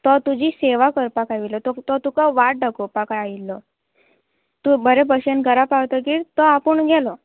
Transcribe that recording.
तो तुजी सेवा करपाक आयिल्लो तो तुका वाट दाखोवपाक आयिल्लो तूं बरें भशेन घरा पावतगीर तो आपूण गेलो